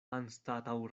anstataŭ